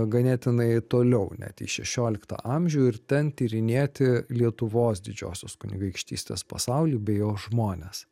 ganėtinai toliau net į šešioliktą amžių ir ten tyrinėti lietuvos didžiosios kunigaikštystės pasaulį bei jo žmones